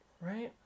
right